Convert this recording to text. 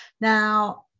Now